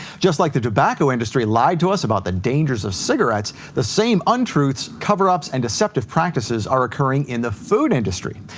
just like the tobacco industry lied to us about the dangers of cigarettes, the same untruths, coverups, and deceptive practices are occurring in the food industry.